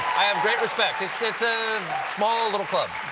i have great respect. it's it's a small little club.